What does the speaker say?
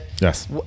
yes